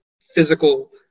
physical